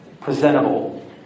presentable